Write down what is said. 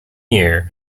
year